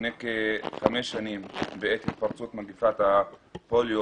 לפני כחמש שנים בעת התפרצות מגפת הפוליו,